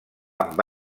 amb